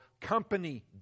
company